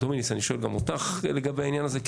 דומיניץ, אני שואל גם אותך לגבי העניין הזה.